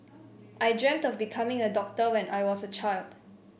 I dreamt of becoming a doctor when I was a child